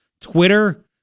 Twitter